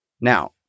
Now